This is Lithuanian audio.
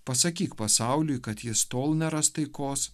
pasakyk pasauliui kad jis tol neras taikos